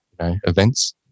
events